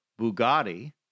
Bugatti